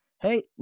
Hey